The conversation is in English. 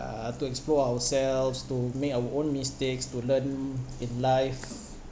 uh to explore ourselves to make our own mistakes to learn in life